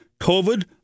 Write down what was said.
COVID